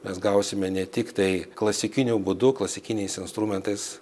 mes gausime ne tiktai klasikiniu būdu klasikiniais instrumentais